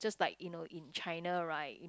just like you know in China right